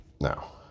Now